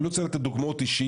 אני לא רוצה לתת דוגמאות אישיים,